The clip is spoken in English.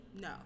no